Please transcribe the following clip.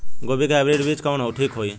गोभी के हाईब्रिड बीज कवन ठीक होई?